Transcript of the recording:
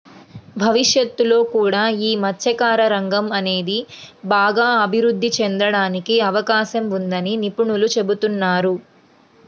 భవిష్యత్తులో కూడా యీ మత్స్యకార రంగం అనేది బాగా అభిరుద్ధి చెందడానికి అవకాశం ఉందని నిపుణులు చెబుతున్నారు